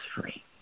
free